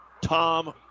Tom